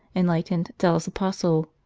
enlightened, zealous apostle,